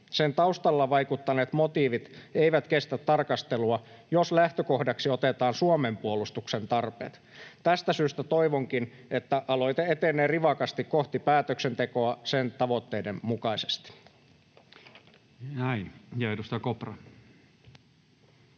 Sen taustalla vaikuttaneet motiivit eivät kestä tarkastelua, jos lähtökohdaksi otetaan Suomen puolustuksen tarpeet. Tästä syystä toivonkin, että aloite etenee rivakasti kohti päätöksentekoa sen tavoitteiden mukaisesti. [Speech 310]